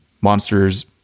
Monsters